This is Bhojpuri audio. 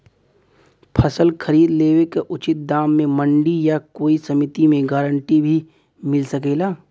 फसल खरीद लेवे क उचित दाम में मंडी या कोई समिति से गारंटी भी मिल सकेला?